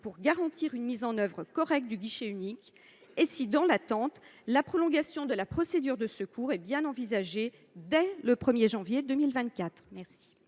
pour garantir une mise en œuvre correcte du guichet unique, madame la ministre ? Dans l’attente, la prolongation de la procédure de secours est elle bien envisagée dès le 1 janvier 2024